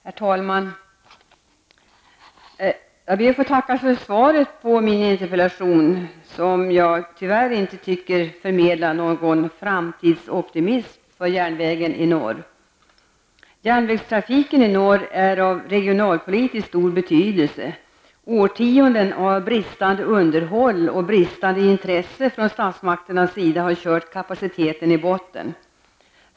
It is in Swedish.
Herr talman! Jag ber att få tacka för svaret på min interpellation. Tyvärr tycker jag att det inte förmedlar någon framtidsoptimism för järnvägen i norr. Järnvägstrafiken i norr är regionalpolitiskt av stor betydelse. Årtionden av bristande underhåll och bristande intresse från statsmakternas sida har kört kapaciteten i botten.